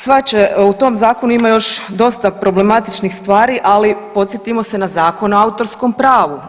Sva će, u tom Zakonu ima još dosta problematičnih stvari, ali podsjetimo se na Zakon o autorskom pravu.